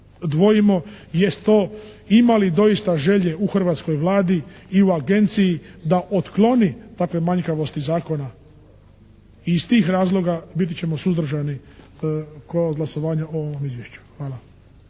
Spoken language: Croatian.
dvojimo jest to ima li doista želje u hrvatskoj Vladi i u Agenciji da otkloni dakle manjkavosti zakona i iz tih razloga biti ćemo suzdržani kod glasovanja o ovom izvješću. Hvala.